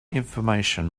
information